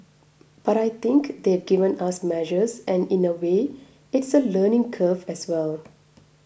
but I think they've given us measures and in a way it's a learning curve as well